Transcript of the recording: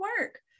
work